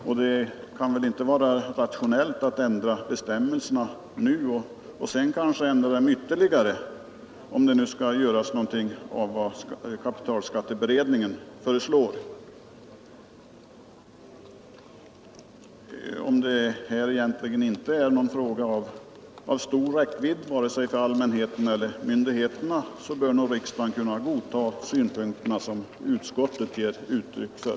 Och det kan väl inte vara rationellt att ändra bestämmelserna nu och sedan kanske ändra dem ytterligare, om det skall göras någonting av vad kapitalskatteberedningen föreslår. Om det här egentligen inte är någon fråga av stor räckvidd för vare sig allmänheten eller myndigheterna bör nog riksdagen kunna godta de synpunkter som utskottsmajoriteten ger uttryck för.